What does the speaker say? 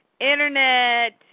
internet